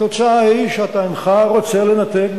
התוצאה היא שאתה אינך רוצה לנתק,